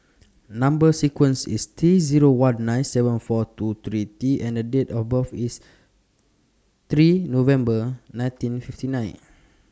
Number sequence IS T Zero one nine seven four two three T and Date of birth IS three November nineteen fifty nine